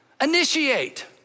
initiate